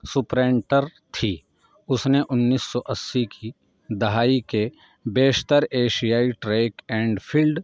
sprinter تھی اس نے انیس سو اسی کی دہائی کے بیشتر ایشیائی ٹریک اینڈ فیلڈ